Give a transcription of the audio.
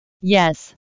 yes